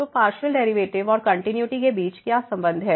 तो partial derivatives और continuity के बीच क्या संबंध है